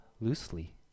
loosely